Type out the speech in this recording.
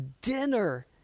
dinner